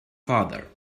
father